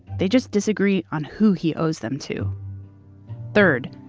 they just disagree on who he owes them to third,